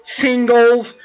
singles